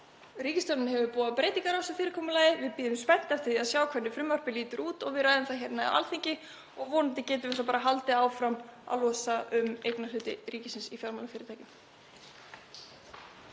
Ríkisstjórnin hefur boðað breytingar á þessu fyrirkomulagi. Við bíðum spennt eftir því að sjá hvernig frumvarpið lítur út og við ræðum það á Alþingi og vonandi getum við haldið áfram að losa um eignarhluti ríkisins í fjármálafyrirtækjum.